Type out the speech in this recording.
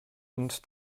und